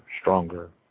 stronger